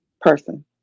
person